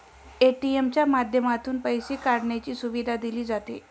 ATM च्या माध्यमातून पैसे काढण्याची सुविधा दिली जाते